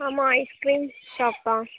ஆமாம் ice cream shop தான்